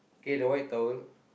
okay the white towel